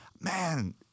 man